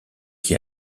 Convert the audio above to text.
qui